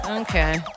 Okay